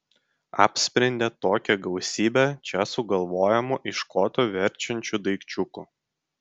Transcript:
apsprendė tokią gausybę čia sugalvojamų iš koto verčiančių daikčiukų